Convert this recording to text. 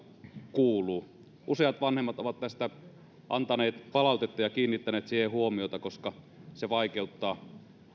kuuluu useat vanhemmat ovat tästä antaneet palautetta ja kiinnittäneet siihen huomiota koska se vaikeuttaa